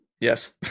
Yes